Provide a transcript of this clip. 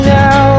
now